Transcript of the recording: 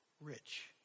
rich